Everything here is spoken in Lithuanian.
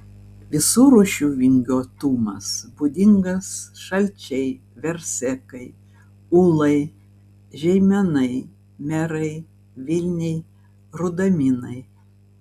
visų rūšių vingiuotumas būdingas šalčiai versekai ūlai žeimenai merai vilniai rudaminai